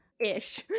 ish